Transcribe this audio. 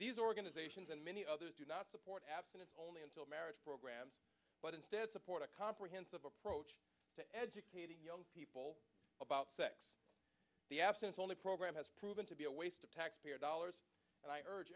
these organizations and many others do not support abstinence only until marriage programs but instead support a comprehensive approach to educating young people about sex the absence only program has proven to be a waste of taxpayer dollars and i urge